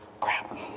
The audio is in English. crap